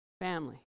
family